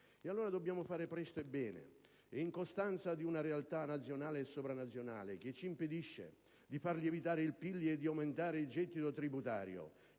Allora, dobbiamo fare presto e bene. E in costanza di una realtà nazionale e sovranazionale che ci impedisce di far lievitare il prodotto interno lordo e di aumentare il gettito tributario,